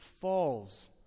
falls